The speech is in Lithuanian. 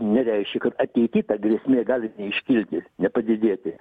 nereiškia kad ateity ta grėsmė gali iškilti nepadidėti